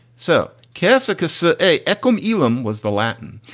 so cassocks so a ekom ilam was the latin.